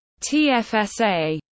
TFSA